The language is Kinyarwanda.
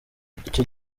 icyo